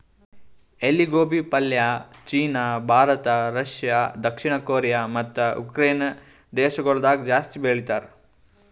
ಎಲಿ ಗೋಬಿ ಪಲ್ಯ ಚೀನಾ, ಭಾರತ, ರಷ್ಯಾ, ದಕ್ಷಿಣ ಕೊರಿಯಾ ಮತ್ತ ಉಕರೈನೆ ದೇಶಗೊಳ್ದಾಗ್ ಜಾಸ್ತಿ ಬೆಳಿತಾರ್